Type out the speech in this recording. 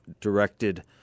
directed